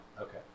Okay